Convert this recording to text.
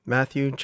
Matthew